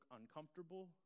uncomfortable